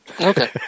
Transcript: Okay